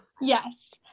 Yes